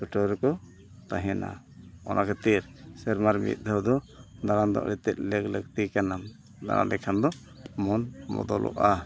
ᱪᱷᱩᱴᱟᱹᱣ ᱨᱮᱠᱚ ᱛᱟᱦᱮᱱᱟ ᱚᱱᱟ ᱠᱷᱟᱹᱛᱤᱨ ᱥᱮᱨᱢᱟ ᱨᱮ ᱢᱤᱫ ᱫᱷᱟᱹᱣ ᱫᱚ ᱫᱟᱬᱟᱱ ᱫᱚ ᱟᱹᱰᱤ ᱛᱮᱫ ᱞᱟᱹᱠ ᱞᱟᱹᱠᱛᱤ ᱠᱟᱱᱟ ᱫᱟᱬᱟᱱ ᱞᱮᱠᱷᱟᱱ ᱫᱚ ᱢᱚᱱ ᱵᱚᱫᱚᱞᱚᱜᱼᱟ